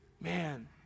Man